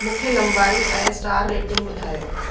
मूंखे लंबाई ऐं स्टार रेटिंग ॿुधायो